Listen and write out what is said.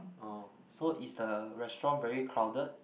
oh so is the restaurant very crowded